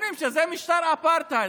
אומרים שזה משטר אפרטהייד.